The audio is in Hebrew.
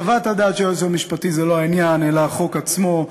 חוות הדעת של היועץ המשפטי היא לא העניין אלא החוק עצמו,